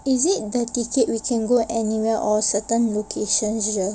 is it the ticket we can go anywhere or certain locations